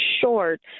short